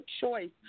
choice